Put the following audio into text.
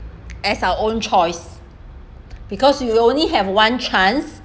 as our own choice because you only have one chance